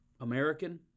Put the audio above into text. American